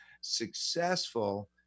Successful